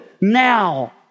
now